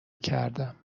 کردم